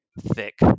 thick